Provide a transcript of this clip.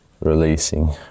releasing